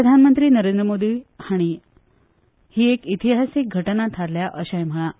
प्रधानमंत्री नरेंद्र मोदी हांणी ही एक इतिहासीक घटना थारल्या अशें म्हळां